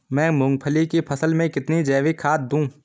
मैं मूंगफली की फसल में कितनी जैविक खाद दूं?